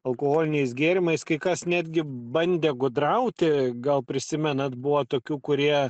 alkoholiniais gėrimais kai kas netgi bandė gudrauti gal prisimenat buvo tokių kurie